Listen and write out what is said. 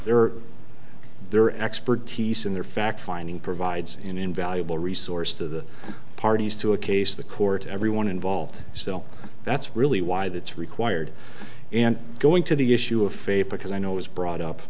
are their expertise and their fact finding provides an invaluable resource to the parties to a case the court everyone involved still that's really why that's required and going to the issue of faith because i know it was brought up